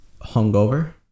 hungover